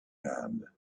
hand